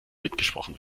mitgesprochen